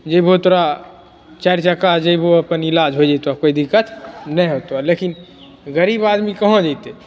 जेबहो तोरा चारि चक्का जैबहो अपन इलाज होइ जेतऽ कोइ दिक्कत नहि होतऽ लेकिन गरीब आदमी कहाँ जैतै